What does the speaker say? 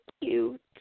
cute